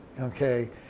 Okay